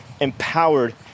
empowered